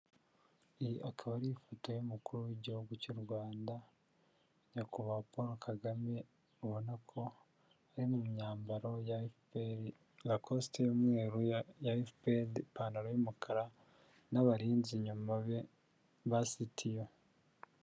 Iyi akaba ari ifoto y'umukuru w'igihugu cy'u Rwanda, nyakubahwa Paul Kagame, ubona ko ari mu myambaro ya FPR, rakosite y'umweru ya FPR, ipantaro y'umukara, n'abarinzi inyuma be, ba CTU.